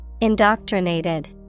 Indoctrinated